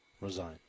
resign